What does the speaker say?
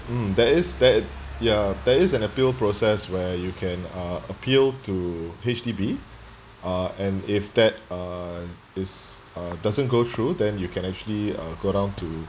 mm there is there ya there is an appeal process where you can uh appeal to H_D_B uh and if that uh is uh doesn't go through then you can actually go down to